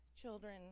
children